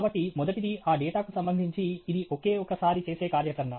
కాబట్టి మొదటిది ఆ డేటాకు సంబంధించి ఇది ఒకే ఒక సారి చేసే కార్యాచరణ